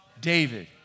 David